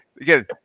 again